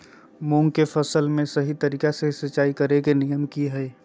मूंग के फसल में सही तरीका से सिंचाई करें के नियम की हय?